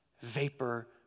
vapor